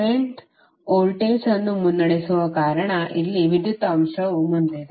current voltage ಅನ್ನು ಮುನ್ನಡೆಸುವ ಕಾರಣ ಇಲ್ಲಿ ವಿದ್ಯುತ್ ಅಂಶವು ಮುಂದಿದೆ